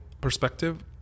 perspective